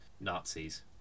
Nazis